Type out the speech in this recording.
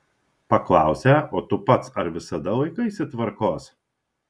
paklausę o tu pats ar visada laikaisi tvarkos